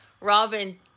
Robin